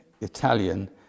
Italian